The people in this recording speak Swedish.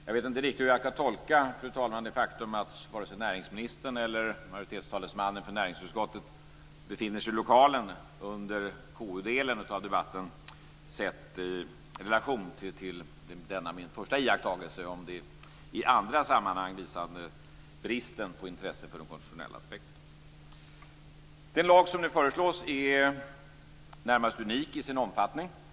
Jag vet inte riktigt hur jag kan tolka det faktum att varken näringsministern eller majoritetstalesmannen för näringsutskottet befinner sig i lokalen under KU-delen av debatten, sett i relation till denna mina första iakttagelse om den i andra sammanhang visade bristen på intresse för de konstitutionella aspekterna. Den lag som nu föreslås är närmast unik i sin omfattning.